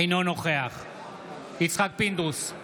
אינו נוכח יצחק פינדרוס,